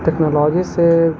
technology سے